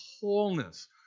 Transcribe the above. wholeness